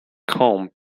camp